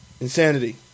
Insanity